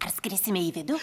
ar skrisime į vidų